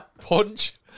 punch